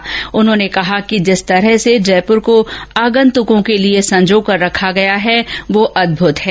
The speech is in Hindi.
इस मौके पर उन्होंने कहा कि ँजिस तरह से जयपुर को आगंतुकों के लिए संजोकर रखा गया है वह अद्भुत है